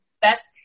best